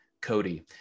Cody